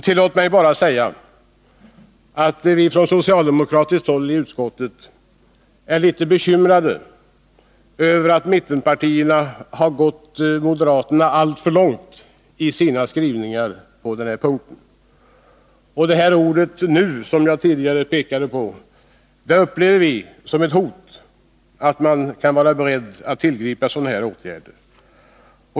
Tillåt mig bara att säga att vi från socialdemokratiskt håll i utskottet är litet bekymrade över att mittenpartierna i sina skrivningar på denna punkt har gått moderaterna för långt till mötes. Det som jag tidigare berörde upplever vi som ett hot att man kan vara beredd att tillgripa sådana här åtgärder.